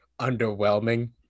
underwhelming